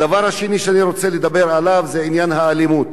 הדבר השני שאני רוצה לדבר עליו הוא עניין האלימות.